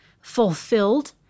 fulfilled